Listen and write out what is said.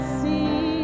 see